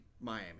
Miami